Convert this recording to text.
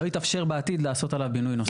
לא יתאפשר בעתיד לעשות עליו בינוי נוסף.